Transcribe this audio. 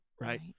Right